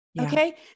Okay